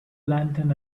lantern